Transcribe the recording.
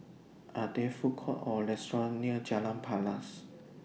Are There Food Courts Or restaurants near Jalan Paras